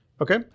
Okay